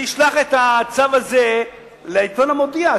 אני אשלח את הצו הזה לעיתון "המודיע",